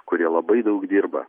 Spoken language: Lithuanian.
kurie labai daug dirba